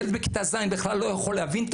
ילד בכיתה ז' בכלל לא יכול להבין את